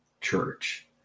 church